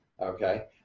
Okay